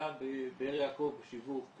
היה בבאר יעקב שיווק,